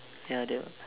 ya that w~